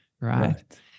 right